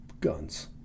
guns